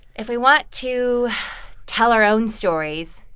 if we want to tell our own stories,